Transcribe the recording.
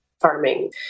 farming